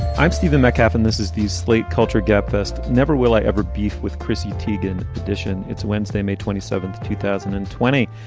i'm stephen metcalf and this is the slate culture gabfest. never will i ever beef with chrissy tiguan edition. it's wednesday, may twenty seven, two thousand and twenty.